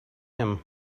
him